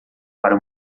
para